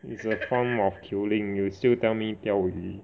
it's a form of killing you still tell me 钓鱼